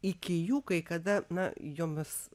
iki jų kai kada na jomis